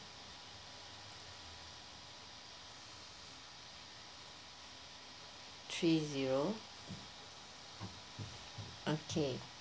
three zero okay